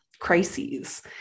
crises